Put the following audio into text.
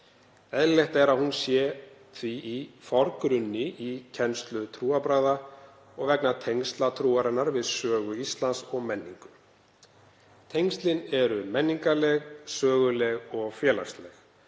Eðlilegt er að hún sé því í forgrunni í kennslu trúarbragða og vegna tengsla trúarinnar við sögu Íslands og menningu. Tengslin eru menningarleg, söguleg og félagsleg.